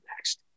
next